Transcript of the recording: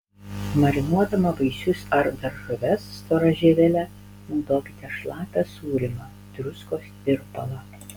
marinuodama vaisius ar daržoves stora žievele naudokite šlapią sūrymą druskos tirpalą